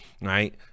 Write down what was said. right